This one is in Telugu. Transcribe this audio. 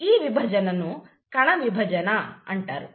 ఈ విభజనను కణవిభజన అంటారు